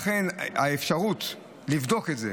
לכן האפשרות לבדוק את זה,